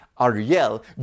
Ariel